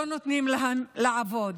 לא נותנים להם לעבוד.